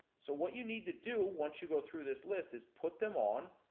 so, what you need to do, once you go through this list, is put them on